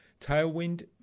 Tailwind